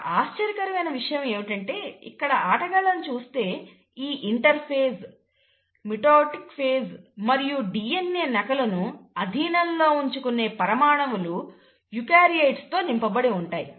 ఒక ఆశ్చర్యకరమైన విషయం ఏమిటంటే ఇక్కడ ఆటగాళ్లను చూస్తే ఈ ఇంటర్ఫేజ్ మిటోటిక్ ఫేజ్ మరియు DNA నకలును ఆధీనంలో ఉంచుకునే పరమాణువులు యూకార్యోట్స్ తో నింపబడి ఉంటాయి